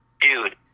Dude